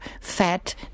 fat